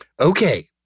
Okay